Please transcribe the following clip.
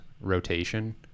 rotation